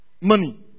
money